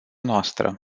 noastră